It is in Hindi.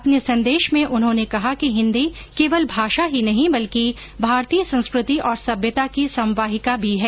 अपने संदेश में उन्होने कहा कि हिन्दी केवल भाषा ही नहीं बल्कि भारतीय संस्कृति और सभ्यता की संवाहिका भी है